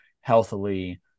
healthily